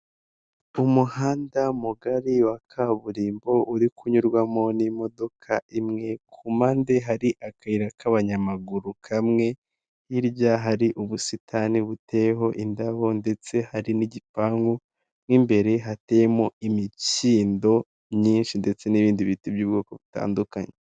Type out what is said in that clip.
Umuhanda mugari wa kaburimbo uri kunyurwamo n'imodoka imwe, ku mpande hari akayira k'abanyamaguru kamwe, hirya hari ubusitani buteyeho indabo ndetse hari n'igipangu, mo imbere hateyemo imikindo myinshi ndetse n'ibindi biti by'ubwoko butandukanye.